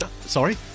Sorry